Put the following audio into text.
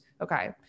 Okay